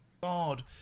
god